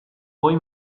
goi